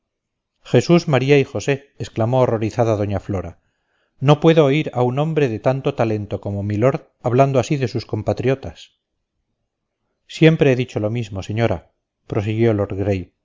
jesús maría y josé exclamó horrorizada doña flora no puedo oír a un hombre de tanto talento como milord hablando así de sus compatriotas siempre he dicho lo mismo señora prosiguió